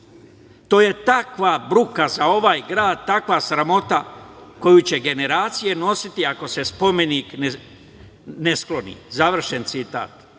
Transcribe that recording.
„To je takva bruka za ovaj grad, takva sramota koju će generacije nositi ako se spomenik ne skloni“. Završen citat.